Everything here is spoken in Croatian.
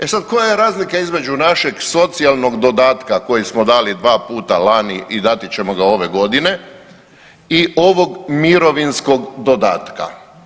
E sad, koja je razlika između našeg socijalnog dodatka koji smo dali dva puta lani i dati ćemo ga ove godine i ovog mirovinskog dodatka?